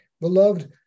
Beloved